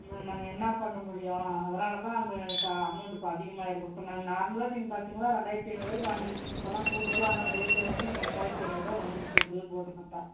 ம் நாங்கள் என்னாப் பண்ண முடியும் அதனால தான் க அமௌண்டு இப்போ அதிகமாகயிருக்கும் இப்போ நாங்கள் நார்மலாக தொ இங்கே பார்த்திங்கனா ரெண்டாயிரத்து ஐந்நூறுவாக்கு வாங்கிருக்கிங்க இப்போலாம் கூடுதலாக எல்லாம் ரேட்டு ஏறவும் இப்போ மூவாயிரத்து ஐந்நூறுரூவா வந்துடுச்சு பில் போட்டு பார்த்தா